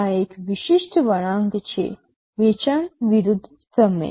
આ એક વિશિષ્ટ વળાંક છે વેચાણ વિરુદ્ધ સમય